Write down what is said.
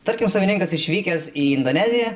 tarkim savininkas išvykęs į indoneziją